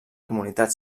comunitat